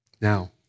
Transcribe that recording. Now